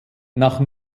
nach